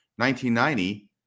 1990